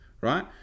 right